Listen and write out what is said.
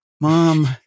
mom